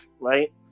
right